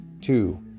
two